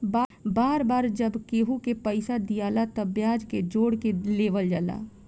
बार बार जब केहू के पइसा दियाला तब ब्याज के जोड़ के लेवल जाला